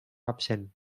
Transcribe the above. absent